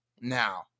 Now